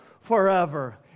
forever